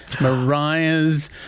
Mariah's